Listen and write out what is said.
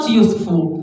useful